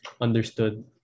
understood